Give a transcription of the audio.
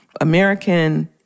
American